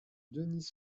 denis